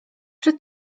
czy